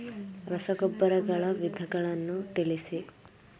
ರಸಗೊಬ್ಬರಗಳ ವಿಧಗಳನ್ನು ತಿಳಿಸಿ?